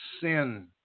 sin